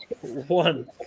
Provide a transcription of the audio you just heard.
one